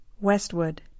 Westwood